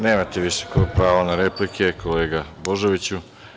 Nemate više pravo na replike, kolega Božoviću.